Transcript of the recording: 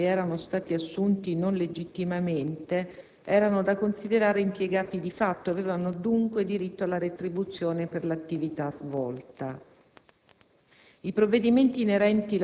Difatti i dipendenti, anche se erano stati assunti non legittimamente, erano da considerare impiegati di fatto e avevano dunque diritto alla retribuzione per l'attività svolta.